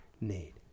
need